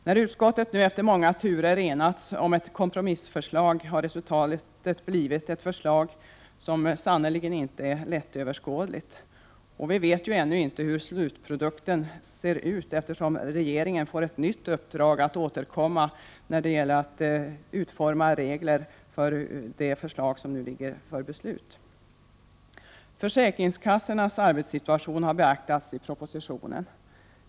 När utskottet nu efter många turer enats om ett kompromissförslag, har resultatet blivit ett förslag som sannerligen inte är lättöverskådligt. Ändå vet vi ännu inte hur slutprodukten ser ut, eftersom regeringen får ett nytt uppdrag att återkomma när det gäller att utforma regler. Försäkringskassornas arbetssituation har beaktats i propositionen.